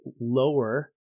lower